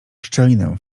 szczelinę